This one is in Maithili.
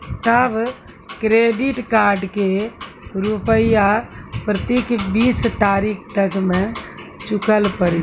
तब क्रेडिट कार्ड के रूपिया प्रतीक बीस तारीख तक मे चुकल पड़ी?